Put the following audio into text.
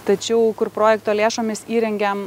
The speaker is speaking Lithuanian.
tačiau kur projekto lėšomis įrengėm